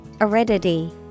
Aridity